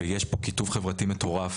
ויש פה קיטוב חברתי מטורף,